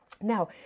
Now